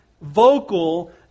vocal